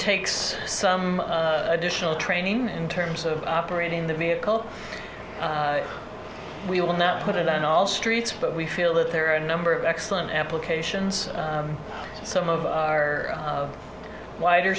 takes some additional training in terms of operating the vehicle we will not put it on all streets but we feel that there are a number of excellent applications some of our wider